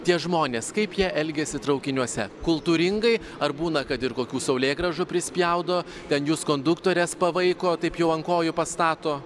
tie žmonės kaip jie elgiasi traukiniuose kultūringai ar būna kad ir kokių saulėgrąžų prispjaudo ten jus konduktores pavaiko taip jau an kojų pastato